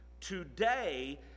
today